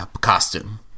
costume